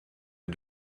est